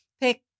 pick